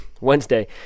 Wednesday